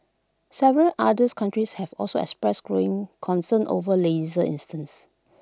several others countries have also expressed growing concern over laser incidents